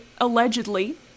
allegedly